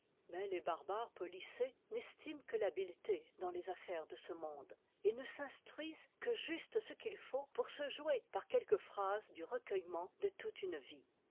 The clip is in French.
mais les barbares policés n'estiment que l'habileté dans les affaires de ce monde et ne s'instruisent que juste ce qu'il faut pour se jouer par quelques phrases du recueillement de toute une vie